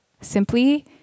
simply